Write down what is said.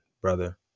brother